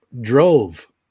drove